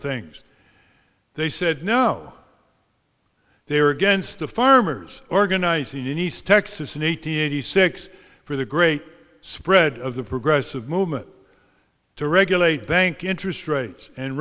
things they said no they were against the farmers organizing in east texas in eighty eighty six for the great spread of the progressive movement to regulate bank interest rates and